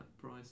price